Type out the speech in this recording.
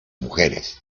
mujeres